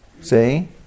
See